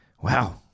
Wow